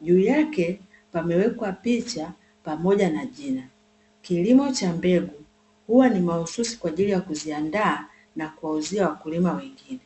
juu yake pamewekwa picha pamoja na jina. Kilimo cha mbegu huwa ni mahususi kwa ajili ya kuziandaa na kuwauzia wakulima wengine.